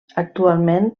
actualment